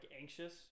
anxious